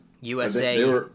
USA